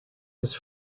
his